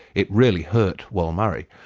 it really hurt wal murray.